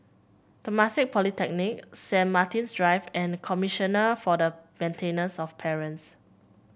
Temasek Polytechnic Saint Martin's Drive and Commissioner for the Maintenance of Parents